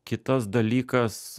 kitas dalykas